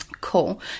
Cool